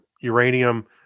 uranium